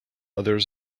others